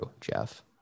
Jeff